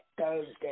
Thursday